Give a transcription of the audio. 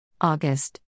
August